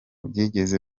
byigeze